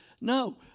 No